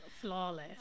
flawless